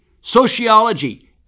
sociology